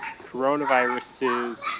coronaviruses